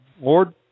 Lord